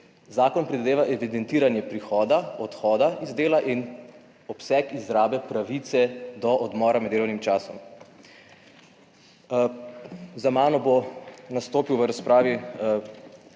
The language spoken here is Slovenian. Zakon predvideva evidentiranje prihoda, odhoda iz dela in obseg izrabe pravice do odmora med delovnim časom. Za mano bo nastopil v razpravi